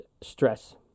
stress